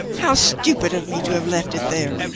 how stupid of me to have left it there.